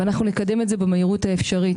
ואנחנו נקדם את זה במהירות האפשרית.